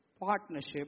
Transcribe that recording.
partnership